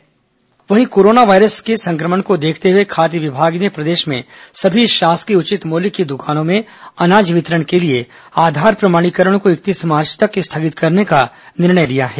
corona virus खाद्य वितरण jail बंदी वहीं कोरोना वायरस के संक्रमण को देखते हुए खाद्य विभाग ने प्रदेश में सभी शासकीय उचित मूल्य की दुकानों में अनाज वितरण के लिए आधार प्रमाणीकरण को इकतीस मार्च तक स्थगित करने का निर्णय लिया है